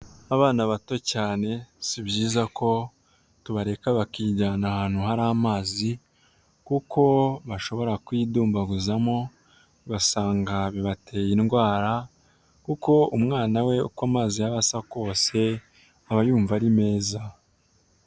Abana bato cyane si byiza ko tubareka bakijyana ahantu hari amazi kuko bashobora kuyidumbaguzamo ugasanga bibatera indwara, kuko umwana we uko amazi yaba asa kose aba yumva ari meza.